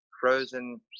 frozen